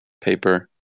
paper